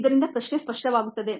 ಇದರಿಂದ ಪ್ರಶ್ನೆ ಸ್ಪಷ್ಟವಾಗುತ್ತದೆ